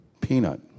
peanut